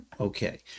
Okay